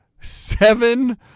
Seven